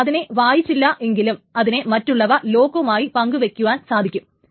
ഇനി അതിനെ വായിച്ചില്ല എങ്കിലും അതിനെ മറ്റുള്ള ലോക്കുകളുമായി പങ്കു വയ്ക്കുവാൻ സാധിക്കും